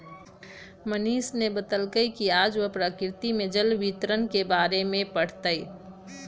मनीष ने बतल कई कि आज वह प्रकृति में जल वितरण के बारे में पढ़ तय